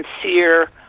sincere